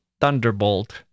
thunderbolt